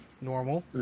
Normal